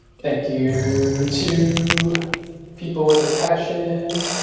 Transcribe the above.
thank you to people with a passion.